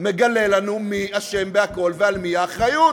מגלה לנו מי אשם בכול ועל מי האחריות,